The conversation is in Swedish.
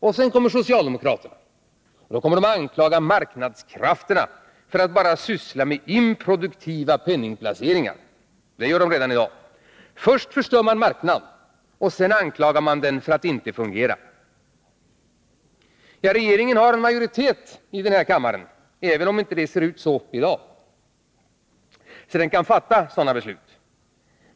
Och sedan kommer socialdemokraterna att anklaga marknadskrafterna för att syssla med improduktiva penningplaceringar — det gör de redan i dag. Först förstör man marknaden, och sedan anklagar man den för att inte fungera. Regeringen har en majoritet i denna kammare, även om det inte ser ut så i dag, så den kan fatta sådana här beslut.